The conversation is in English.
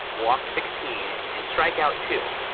walk sixteen, and strike out two.